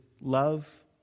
love